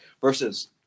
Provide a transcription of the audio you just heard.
Versus